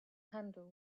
handle